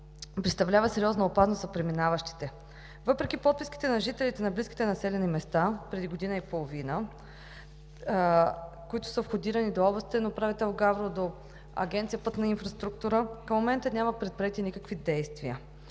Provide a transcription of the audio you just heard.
представлява сериозна опасност за преминаващите. Въпреки подписките на жителите на близките населени места преди година и половина, които са входирани до областен управител – Габрово, до Агенция „Пътна инфраструктура“, към момента няма предприети никакви действия.